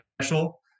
special